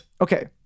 Okay